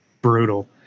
brutal